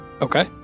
Okay